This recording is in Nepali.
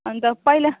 अन्त पहिला